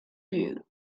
you